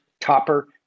topper